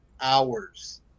hours